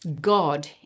God